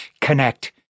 connect